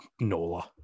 Nola